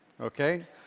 Okay